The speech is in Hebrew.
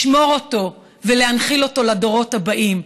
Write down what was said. לשמור אותו ולהנחיל אותו לדורות הבאים,